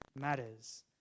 matters